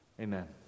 Amen